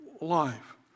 life